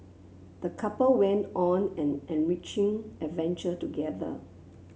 the couple went on an enriching adventure together